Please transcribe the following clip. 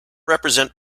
represent